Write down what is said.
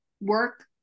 work